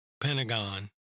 Pentagon